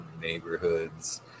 neighborhoods